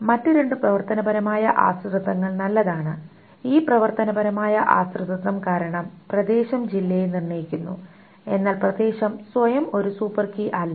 മറ്റ് രണ്ട് പ്രവർത്തനപരമായ ആശ്രിതത്വങ്ങൾ നല്ലതാണ് ഈ പ്രവർത്തനപരമായ ആശ്രിതത്വം കാരണം പ്രദേശം ജില്ലയെ നിർണ്ണയിക്കുന്നു എന്നാൽ പ്രദേശം സ്വയം ഒരു സൂപ്പർ കീ അല്ല